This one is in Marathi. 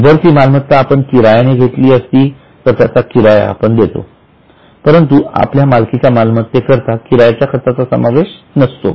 जर ती मालमत्ता आपण किरायाने घेतली असती तर आपण त्याचा किराया देतो परंतु आपल्या मालकीच्या मालमत्ते करता किरायाच्या खर्चाचा समावेश नसतो